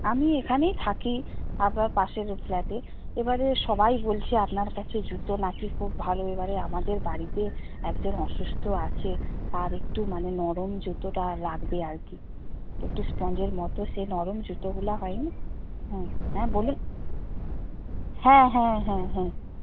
আমি এখানেই থাকি আপনার পাশের ফ্ল্যাটে এবারে সবাই বলছে আপনার কাছে জুতো না কি খুব ভালো এবারে আমাদের বাড়িতে একজন অসুস্থ আছে তার একটু মানে নরম জুতোটা লাগবে আর কি একটু স্পঞ্জের মতো সেই নরম জুতোগুলা হয় না হ্যাঁ হ্যাঁ বলুন হ্যাঁ হ্যাঁ হ্যাঁ হ্যাঁ